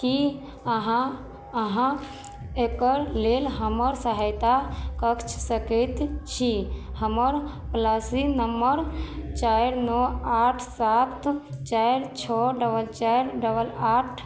की अहाँ अहाँ एकर लेल हमर सहायता कए सकैत छी हमर पॉलिसी नम्बर चारि नओ आठ सात चारि छओ डबल चारि डबल आठ